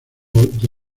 the